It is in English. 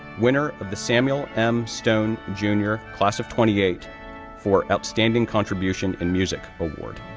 winner of the samuel m. stone jr. class of twenty eight for outstanding contribution in music award,